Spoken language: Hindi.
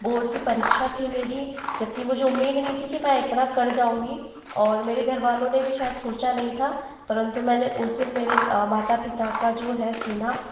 बोर्ड की परीक्षा थी मेरी जब कि मुझे उम्मीद नहीं थी कि मैं इतना कर जाऊँगी और मेरे घर वालों ने भी शायद सोचा नहीं था परंतु मैंने उस दिन मेरे माता पिता का जो है सीना